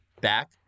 Back